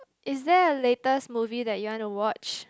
is there a latest movie that you want to watch